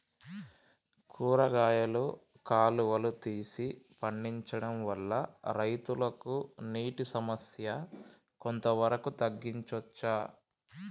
కూరగాయలు కాలువలు తీసి పండించడం వల్ల రైతులకు నీటి సమస్య కొంత వరకు తగ్గించచ్చా?